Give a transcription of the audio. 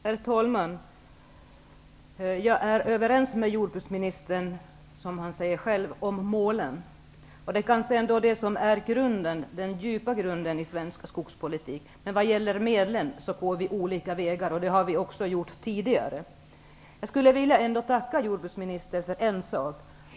Herr talman! Jag är överens med jordbruksministern om målen. Det kanske är det som är den djupa grunden i svensk skogspolitik. Vad gäller medlen går vi olika vägar, som vi också har gjort tidigare. Jag skulle ändå vilja tacka jordbruksministern för en sak.